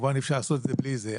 כמובן אי אפשר לעשות את זה בלי זה,